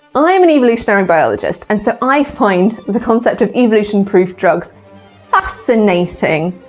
i'm an evolutionary biologist, and so i find the concept of evolution-proof drugs fascinating,